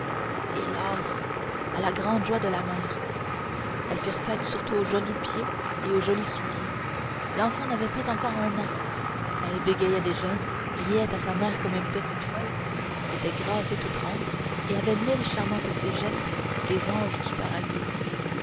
hélas à la grande joie de la mère elles firent fête surtout aux jolis pieds et aux jolis souliers l'enfant n'avait pas encore un an elle bégayait déjà riait à sa mère comme une petite folle était grasse et toute ronde et avait mille charmants petits gestes des anges du paradis